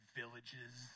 villages